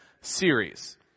series